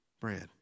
bread